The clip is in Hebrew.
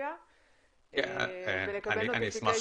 אפליקציה ולקבל Notification.